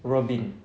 robyn